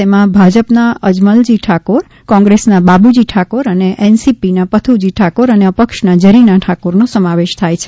તેમાં ભાજપના અજમલજી ઠાકોર કોંગ્રેસના બાબુજી ઠાકોર અને એનસીપીના પથુજી ઠાકોર અને અપક્ષ જરીના ઠાકોરનો સમાવેશ થાય છે